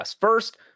First